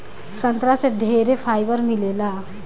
संतरा से ढेरे फाइबर मिलेला